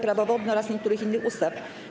Prawo wodne oraz niektórych innych ustaw.